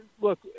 look